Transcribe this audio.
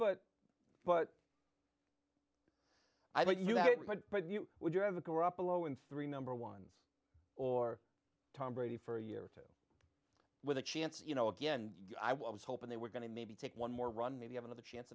but but i thought you had but you would you have a corrupt low in three number ones or tom brady for a year or two with a chance you know again i was hoping they were going to maybe take one more run maybe have another chance